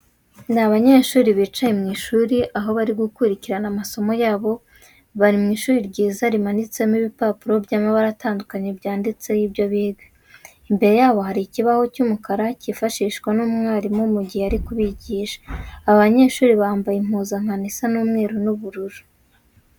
Ni abanyeshuri bicaye mu ishuri aho bari gukurikirana amasomo yabo, bari mu ishuri ryiza rimanitsemo ibipapuro by'amabara atandukanye byanditseho ibyo biga. Imbere yabo hari ikibaho cy'umukara cyifashishwa n'umwarimu mu gihe ari kubigisha. Aba banyeshuri bambaye impuzankano isa umweru n'ubururu.